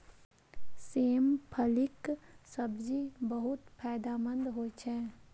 सेम फलीक सब्जी बहुत फायदेमंद होइ छै